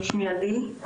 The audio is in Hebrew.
שמי עדי,